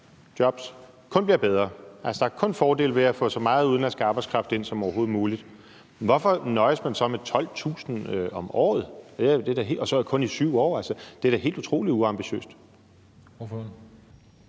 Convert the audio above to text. kun bliver bedre, altså at der kun er fordele ved at få så meget udenlandsk arbejdskraft ind som overhovedet muligt, hvorfor nøjes man så med 12.000 om året og så kun i 7 år? Altså, det er da helt utrolig uambitiøst. Kl.